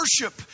worship